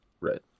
Right